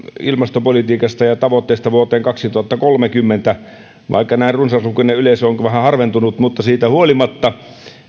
ilmastopolitiikasta ja tavoitteista vuoteen kaksituhattakolmekymmentä vaikka näin runsaslukuinen yleisö on kun on vähän harventunut siitä huolimatta